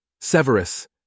Severus